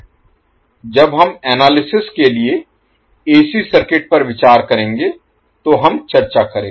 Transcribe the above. जब हम एनालिसिस विश्लेषण Analysis के लिए एसी सर्किट पर विचार करेंगे तो हम चर्चा करेंगे